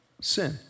sin